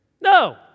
No